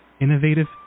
innovative